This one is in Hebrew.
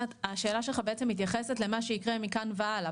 השאלה שלך בעצם מתייחסת למה שיקרה מכאן והלאה,